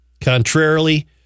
Contrarily